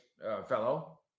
fellow